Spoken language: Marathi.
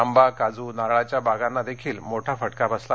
आंबा काजू नारळाच्या बागांना देखील मोठा फटका बसला